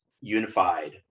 unified